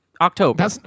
October